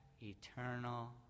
eternal